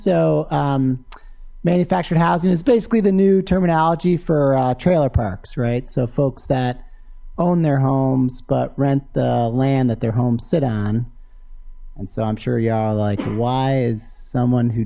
so manufactured housing is basically the new terminology for trailer parks right so folks that own their homes but rent the land that their homes sit on and so i'm sure you are like why is someone who